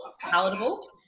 palatable